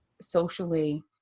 socially